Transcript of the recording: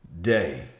day